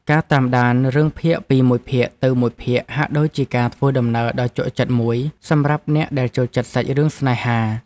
ការតាមដានរឿងភាគពីមួយភាគទៅមួយភាគហាក់ដូចជាការធ្វើដំណើរដ៏ជក់ចិត្តមួយសម្រាប់អ្នកដែលចូលចិត្តសាច់រឿងស្នេហា។